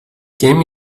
came